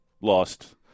lost